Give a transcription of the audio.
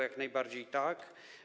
Jak najbardziej tak.